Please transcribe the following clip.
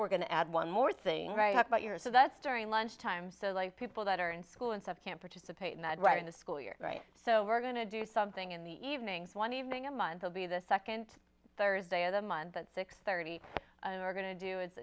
we're going to add one more thing about your so that's during lunch time so like people that are in school and stuff can participate in that right in the school year right so we're going to do something in the evenings one evening a month will be the second thursday of the month at six thirty or going to do i